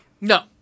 No